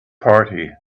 party